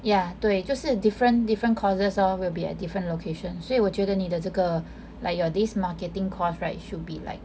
ya 对就是 different different courses lor will be at different location 所以我觉得你的这个 like your this marketing course right should be like